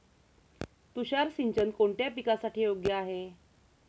तुषार सिंचन कोणत्या पिकासाठी योग्य आहे?